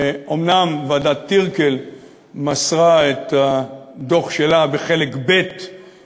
אומנם ועדת טירקל מסרה את הדוח שלה